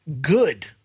good